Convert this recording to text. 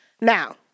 Now